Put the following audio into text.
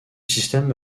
système